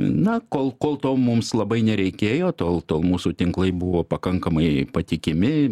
na kol kol to mums labai nereikėjo tol tol mūsų tinklai buvo pakankamai patikimi